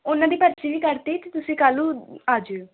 ਉਹਨਾਂ ਦੀ ਪਰਚੀ ਵੀ ਕੱਟ ਤੀ ਇੱਕ ਤੁਸੀਂ ਕੱਲ੍ਹ ਨੂੰ ਆ ਜਾਇਓ